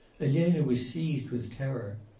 elena was seized with terror.